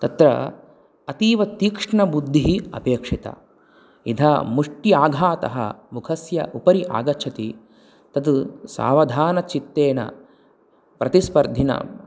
तत्र अतीव तीक्ष्णबुद्धिः अपेक्षिता यदा मुष्टिः आघातः मुखस्य उपरि आगच्छति तद् सावधानचित्तेन प्रतिस्पर्धिनाम्